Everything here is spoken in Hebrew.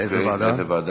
לאיזו ועדה?